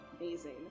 amazing